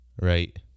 right